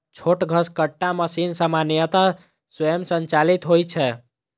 छोट घसकट्टा मशीन सामान्यतः स्वयं संचालित होइ छै